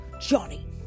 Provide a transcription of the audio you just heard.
Johnny